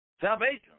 Salvation